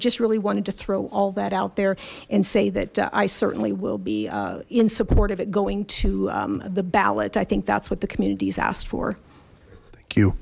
just really wanted to throw all that out there and say that i certainly will be in support of it going to the ballot i think that's what the communities asked for